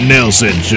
Nelson